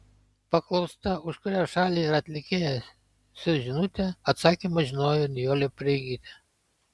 paklausta už kurią šalį ar atlikėją siųs žinutę atsakymą žinojo ir nijolė pareigytė